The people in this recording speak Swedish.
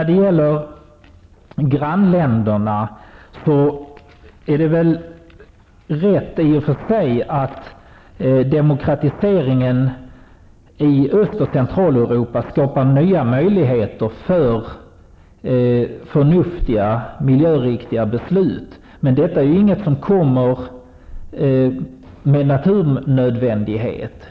Det är i och för sig rätt att demokratiseringen i Östoch Centraleuropa skapar nya möjligheter för förnuftiga, miljöriktiga beslut. Men detta är ingenting som kommer med naturnödvändighet.